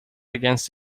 against